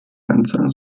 ganzer